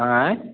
आयँ